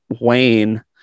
wayne